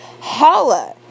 holla